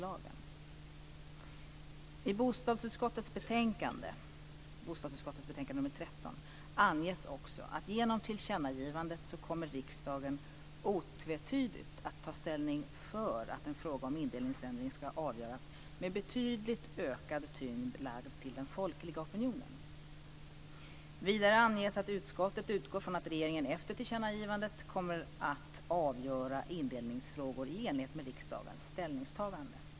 anges också att genom tillkännagivandet kommer riksdagen otvetydigt att ta ställning för att en fråga om indelningsändring ska avgöras med betydligt ökad tyngd lagd till den folkliga opinionen. Vidare anges att utskottet utgår från att regeringen efter tillkännagivandet kommer att avgöra indelningsfrågor i enlighet med riksdagens ställningstagande.